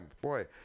boy